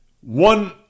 one